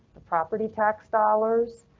the property tax dollars,